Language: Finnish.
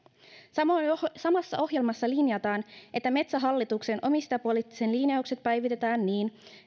samassa ohjelmassa linjataan että metsähallituksen omistajapoliittiset linjaukset päivitetään niin